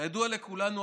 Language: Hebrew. כידוע לכולנו,